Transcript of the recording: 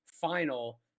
final